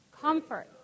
comfort